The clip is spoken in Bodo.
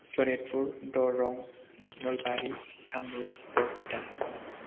शनितपुर दरं नलबारि कामरुप बरपेटा